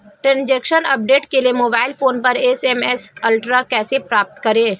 Transaction update के लिए mobile phone पर एस.एम.एस अलर्ट कैसे प्राप्त करें?